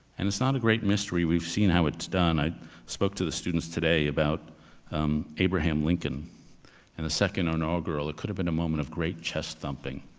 and it's not a great mystery. we've seen how it's done. i spoke to the students today about abraham lincoln and a second inaugural that ah could have been a moment of great chest-thumping.